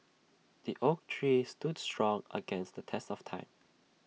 the oak tree stood strong against the test of time